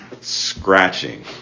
scratching